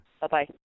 Bye-bye